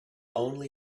only